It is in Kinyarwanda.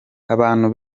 abantu